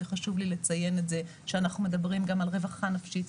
וחשוב לי לציין את זה שאנחנו מדברים גם על רווחה נפשית,